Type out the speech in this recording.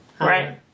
Right